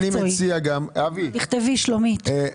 אבי,